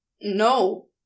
No